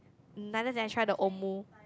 neither did I try the Omu